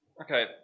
Okay